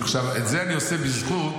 את זה אני עושה בזכות,